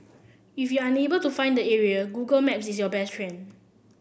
if you're unable to find the area Google Maps is your best